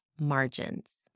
margins